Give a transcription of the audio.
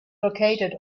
located